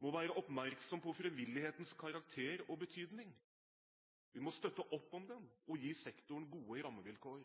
må være oppmerksom på frivillighetens karakter og betydning. Vi må støtte opp om den og gi sektoren gode rammevilkår.